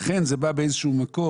לכן, זה בא לאזן, באיזה שהוא מקום,